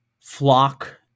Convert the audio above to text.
flock